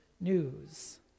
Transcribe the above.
news